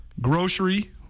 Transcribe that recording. grocery